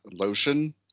lotion